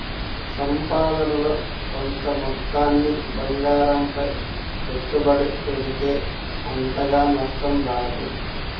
సంపాదనలో కొంత మొత్తాన్ని బంగారంపై పెట్టుబడి పెడితే అంతగా నష్టం రాదు